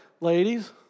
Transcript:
ladies